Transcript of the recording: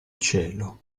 cielo